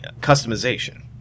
customization